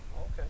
Okay